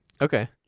Okay